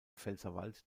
pfälzerwald